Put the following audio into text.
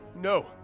No